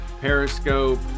Periscope